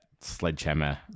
sledgehammer